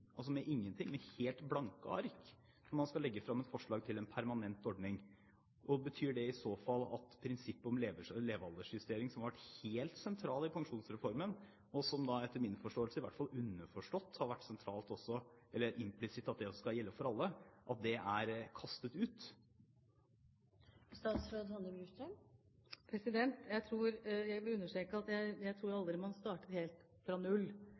altså med ingenting, med helt blanke ark, når man skal legge fram et forslag til en permanent ordning? Betyr det i så fall at prinsippet om levealdersjustering, som har vært helt sentralt i pensjonsreformen, og som det etter min forståelse, i hvert fall underforstått, har vært implisitt skal gjelde for alle, er kastet ut? Jeg vil understreke at jeg tror aldri man starter helt fra null.